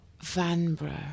Vanbrugh